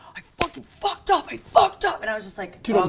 i fucking fucked up, i fucked up. and i was just like you know